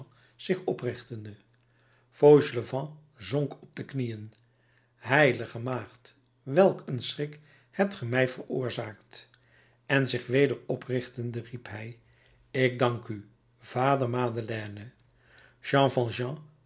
zich oprichtende fauchelevent zonk op de knieën heilige maagd welk een schrik hebt ge mij veroorzaakt en zich weder oprichtende riep hij ik dank u vader madeleine jean